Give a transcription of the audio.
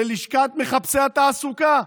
ללשכת מחפשי התעסוקה.